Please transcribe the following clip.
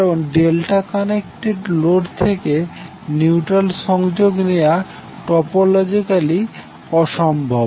কারণ delta connected load থেকে neutral সংযোগ নেওয়া টোপোলজিক্যালি অসম্ভব